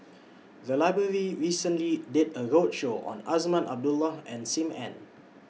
The Library recently did A roadshow on Azman Abdullah and SIM Ann